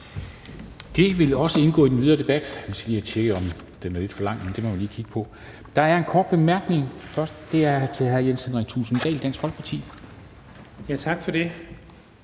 Det vil også indgå i den videre debat. Vi skal lige have tjekket, om det er lidt for langt, men det må vi lige kigge på. Der er en kort bemærkning, og den er fra hr. Jens Henrik Thulesen Dahl fra Dansk Folkeparti. Kl. 13:56 Jens